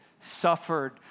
suffered